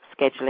scheduling